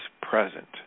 present